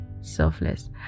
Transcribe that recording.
selfless